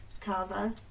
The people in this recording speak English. Kava